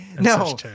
No